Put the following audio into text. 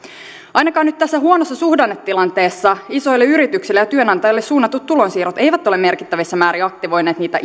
ainakaan nyt tässä huonossa suhdannetilanteessa isoille yrityksille ja työnantajille suunnatut tulonsiirrot eivät ole merkittävässä määrin aktivoineet niitä